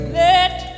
let